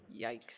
Yikes